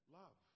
love